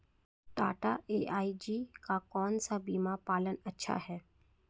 Tata AIG का कौन सा बीमा प्लान अच्छा है?